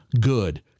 good